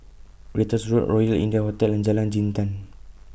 Ratus Road Royal India Hotel and Jalan Jintan